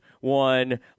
one